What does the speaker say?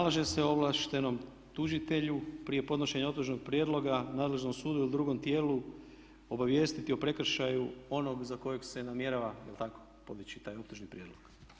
Dakle, nalaže se ovlaštenom tužitelju prije podnošenja optužnog prijedloga nadležnom sudu ili drugom tijelu obavijestiti o prekršaju onog za kojeg se namjerava jel' tako podići taj optužni prijedlog.